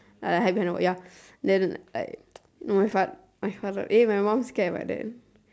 like hide behind the wall ya then like no my fath~ my father eh my mom scared my dad